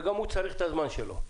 וגם הוא צריך את הזמן שלו.